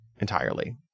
entirely